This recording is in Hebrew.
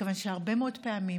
מכיוון שהרבה מאוד פעמים